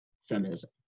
feminism